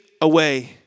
away